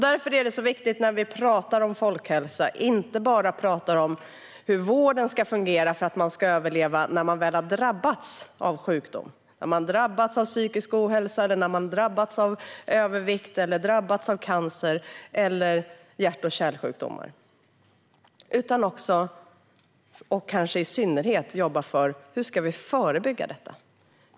Därför är det så viktigt när vi pratar om folkhälsa att vi inte bara pratar om hur vården ska fungera för att man ska överleva när man väl har drabbats av psykisk ohälsa, övervikt, cancer eller hjärt och kärlsjukdomar utan också, och kanske i synnerhet, jobba för hur vi ska förebygga detta.